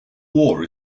war